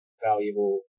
valuable